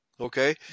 Okay